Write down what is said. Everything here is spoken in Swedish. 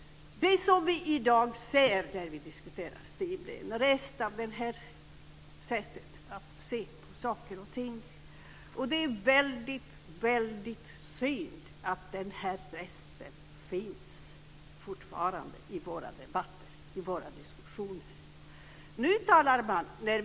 Det som vi i dag ser när vi diskuterar STIM är en rest av det sättet att se på saker och ting. Det är väldigt synd att den här resten fortfarande finns i våra debatter och diskussioner.